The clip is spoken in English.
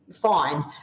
fine